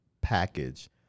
package